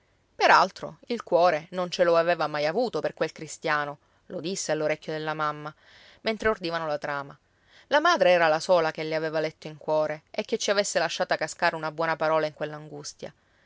altro il cuore non ce lo aveva mai avuto per quel cristiano lo disse all'orecchio della mamma mentre ordivano la trama la madre era la sola che le aveva letto in cuore e che ci avesse lasciata cascare una buona parola in quell'angustia almeno